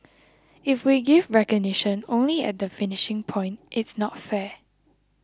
if we give recognition only at the finishing point it's not fair